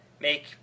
make